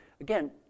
again